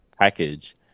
package